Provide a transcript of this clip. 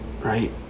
right